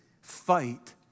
fight